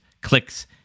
clicks